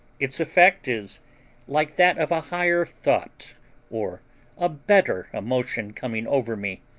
its effect is like that of a higher thought or a better emotion coming over me,